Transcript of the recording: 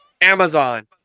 Amazon